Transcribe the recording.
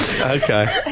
Okay